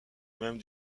même